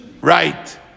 Right